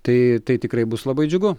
tai tai tikrai bus labai džiugu